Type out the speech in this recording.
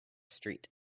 street